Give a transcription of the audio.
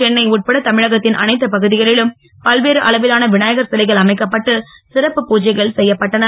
சென்னை உட்பட தமிழகத்தின் அனைத்து பகுதிகளிலும் பல்வேறு அளவிலான விநாயகர் சிலைகள் அமைப்பட்டு சிறப்பு பூஜைகள் செய்யப்பட்டன